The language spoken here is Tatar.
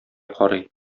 карый